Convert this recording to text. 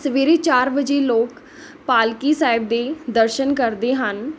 ਸਵੇਰੇ ਚਾਰ ਵਜੇ ਲੋਕ ਪਾਲਕੀ ਸਾਹਿਬ ਦੇ ਦਰਸ਼ਨ ਕਰਦੇ ਹਨ